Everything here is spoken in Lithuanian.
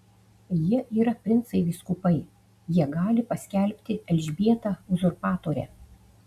jie yra princai vyskupai jie gali paskelbti elžbietą uzurpatore